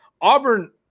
Auburn